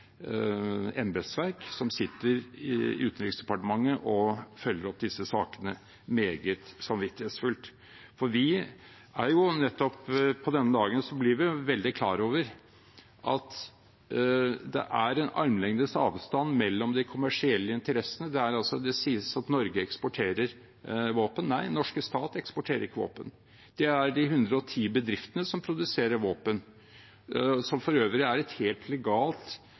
nettopp på denne dagen blir vi veldig klar over at det er en armlengdes avstand til de kommersielle interessene. Det sies at Norge eksporterer våpen; nei, den norske stat eksporterer ikke våpen. Det gjøres av de 110 bedriftene som produserer våpen, som for øvrig er en helt